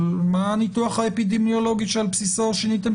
מה הניתוח האפידמיולוגי שעל בסיסו שיניתם